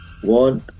one